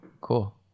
Cool